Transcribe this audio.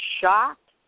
shocked